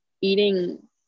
eating